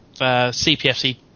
CPFC